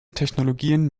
technologien